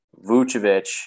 Vucevic